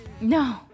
No